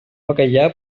bacallà